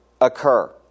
occur